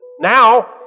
Now